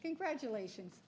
congratulations